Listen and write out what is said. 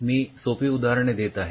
मी सोपी उदाहरणे देत आहे